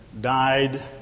died